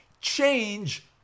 change